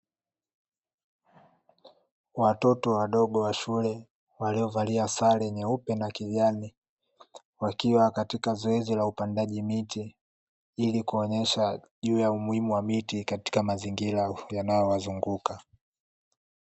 Watoto wadogo wa shule waliovalia sare nyeupe na kijani, wakiwa katika zoezi la upandaji miti ilikuonyesha juu ya umuhimu wa miti katika mazingira yanayowazunguka.